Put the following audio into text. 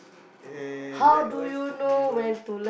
and likewise D_Y_U